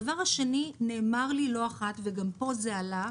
הדבר השני, נאמר לי לא אחת, וגם פה זה עלה,